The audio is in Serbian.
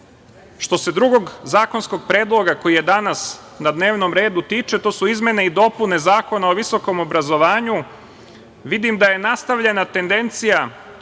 tiče drugog zakonskog predloga, koji je danas na dnevnom redu, to su izmene i dopune Zakona o visokom obrazovanju, vidim da je nastavljena tendencija